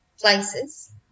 places